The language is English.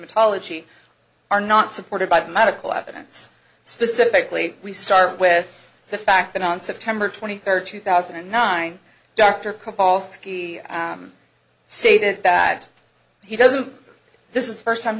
are not supported by the medical evidence specifically we start with the fact that on september twenty third two thousand and nine dr cobol's stated that he doesn't this is the first time